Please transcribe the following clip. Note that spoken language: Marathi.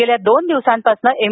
गेल्या दोन दिवसांपासून एम